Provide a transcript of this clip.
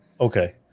Okay